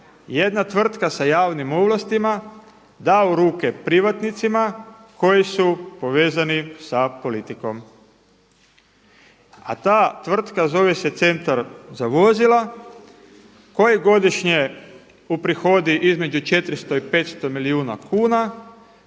jedna tvrtka sa javnim ovlastima da u ruke privatnicima koji su povezani sa politikom. A ta tvrtka zove se Centar za vozila koji godišnje uprihodi između 400 i 500 milijuna kuna,